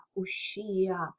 ushia